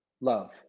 Love